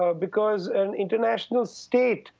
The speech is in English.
ah because an international state,